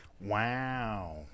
Wow